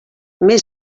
més